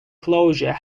closure